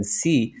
see